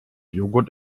joghurt